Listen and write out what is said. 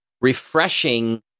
refreshing